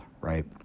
right